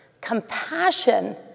compassion